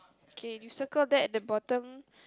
okay you circle that at the bottom